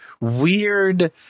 weird –